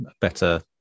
better